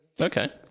okay